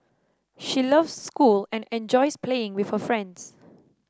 she loves school and enjoys playing with her friends